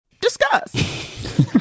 Discuss